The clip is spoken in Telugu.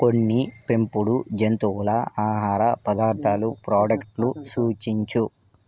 కొన్ని పెంపుడు జంతువుల ఆహార పదార్థాలు ప్రోడక్టులు సూచించు